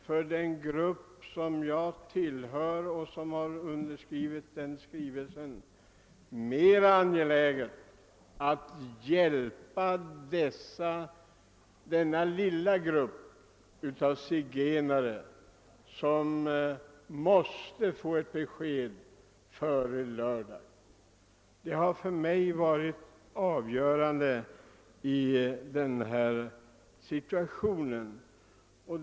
För den grupp som jag tillhör och som har skrivit under den skrivelse som här är aktuell är det mest angeläget att hjälpa den lilla grupp zigenare som måste ha ett besked före lördag. Det har för mig varit det avgörande.